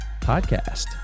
Podcast